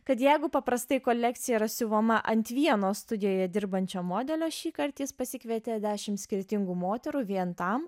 kad jeigu paprastai kolekcija yra siuvama ant vieno studijoje dirbančio modelio šįkart jis pasikvietė dešim skirtingų moterų vien tam